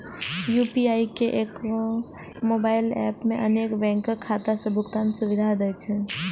UPI एके mobile app मे अनेक बैंकक खाता सं भुगतान सुविधा दै छै